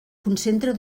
concentra